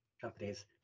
companies